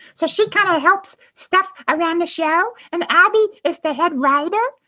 so she kind of helps stuff around the show. and abby is the head writer.